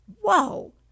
whoa